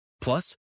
Plus